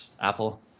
Apple